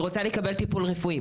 היא רוצה לקבל טיפול רפואי.